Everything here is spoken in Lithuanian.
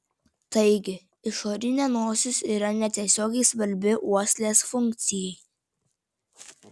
taigi išorinė nosis yra netiesiogiai svarbi uoslės funkcijai